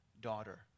daughter